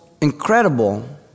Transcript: incredible